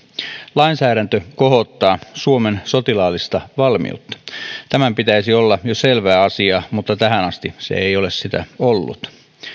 lainsäädäntö kohottaa suomen sotilaallista valmiutta tämän pitäisi olla jo selvä asia mutta tähän asti se ei ole sitä ollut